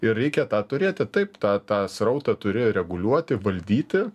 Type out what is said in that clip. ir reikia tą turėti taip tą tą srautą turi reguliuoti valdyti